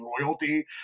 royalty